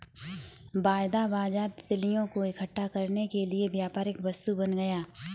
वायदा बाजार तितलियों को इकट्ठा करने के लिए व्यापारिक वस्तु बन गया